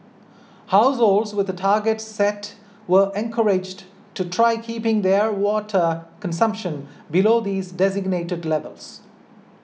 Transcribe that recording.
households with targets set were encouraged to try keeping their water consumption below these designated levels